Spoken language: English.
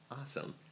Awesome